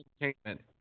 entertainment